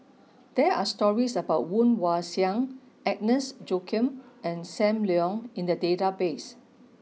there are stories about Woon Wah Siang Agnes Joaquim and Sam Leong in the database